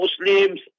Muslims